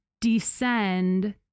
descend